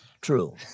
True